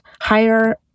higher